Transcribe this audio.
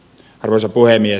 arvoisa puhemies